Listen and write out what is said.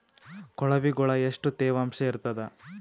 ಕೊಳವಿಗೊಳ ಎಷ್ಟು ತೇವಾಂಶ ಇರ್ತಾದ?